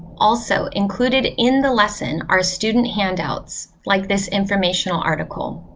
also included in the lesson are student handouts like this informational article.